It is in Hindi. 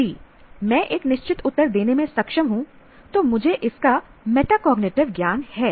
यदि मैं एक निश्चित उत्तर देने में सक्षम हूं तो मुझे इसका मेटाकॉग्निटिव ज्ञान है